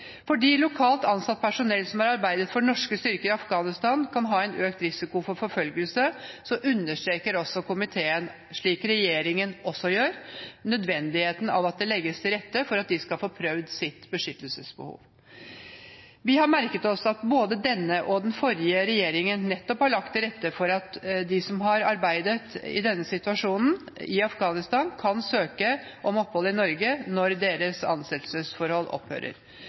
Fordi lokalt ansatt personell som har arbeidet for norske styrker i Afghanistan kan ha en økt risiko for forfølgelse, understreker komiteen – slik regjeringen også gjør – nødvendigheten av at det legges til rette for at de skal få prøvd sitt beskyttelsesbehov. Vi har merket oss at både denne og den forrige regjeringen har lagt til rette for at de som har arbeidet i denne situasjonen i Afghanistan, kan søke om opphold i Norge når deres ansettelsesforhold opphører.